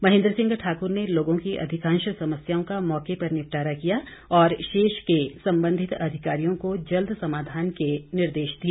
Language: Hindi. महेन्द्र सिंह ठाकुर ने लोगों की अधिकांश समस्याओं का मौके पर निपटारा किया और शेष के संबंधित अधिकारियों को जल्द समाधान के निर्देश दिए